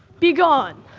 be gone.